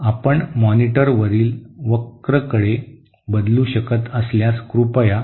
आपण मॉनिटरवरील वक्रकडे बदलू शकत असल्यास कृपया